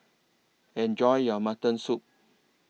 Enjoy your Mutton Soup